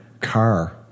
car